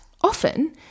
often